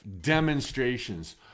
demonstrations